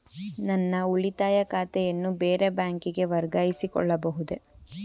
ನನ್ನ ಉಳಿತಾಯ ಖಾತೆಯನ್ನು ಬೇರೆ ಬ್ಯಾಂಕಿಗೆ ವರ್ಗಾಯಿಸಿಕೊಳ್ಳಬಹುದೇ?